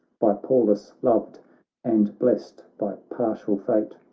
by pallas loved and blest by partial fate,